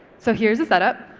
so here's the set up,